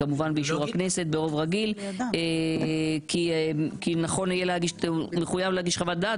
כמובן באישור הכנסת ברוב רגיל כי הוא מחויב להגיש חוות דעת